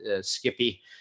Skippy